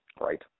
Right